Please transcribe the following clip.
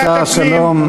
השר שלום,